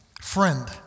friend